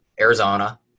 Arizona